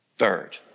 Third